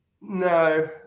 No